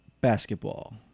basketball